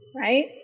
Right